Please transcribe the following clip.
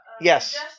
yes